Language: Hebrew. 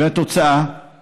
והתוצאה היא